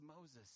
Moses